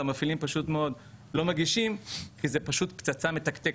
והמפעילים פשוט מאוד לא מגישים כי זה פשוט פצצה מתקתקת,